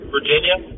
Virginia